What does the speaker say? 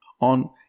on